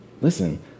listen